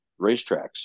racetracks